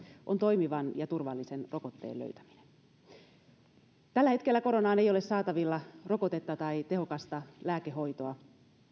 on toimivan ja turvallisen rokotteen löytäminen tällä hetkellä koronaan ei ole saatavilla rokotetta tai tehokasta lääkehoitoa